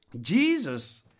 Jesus